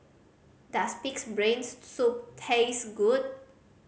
does Pig's Brain Soup taste good